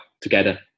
together